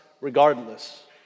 regardless